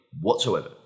whatsoever